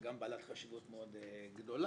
גם בעלת חשיבות מאוד גדולה,